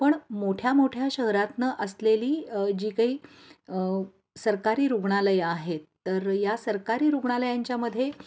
पण मोठ्या मोठ्या शहरातनं असलेली जी काही सरकारी रुग्णालयं आहेत तर या सरकारी रुग्णालयांच्या मध्ये